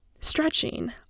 Stretching